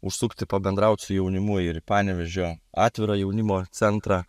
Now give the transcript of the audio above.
užsukti pabendraut su jaunimu ir į panevėžio atvirą jaunimo centrą